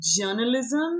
journalism